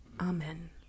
amen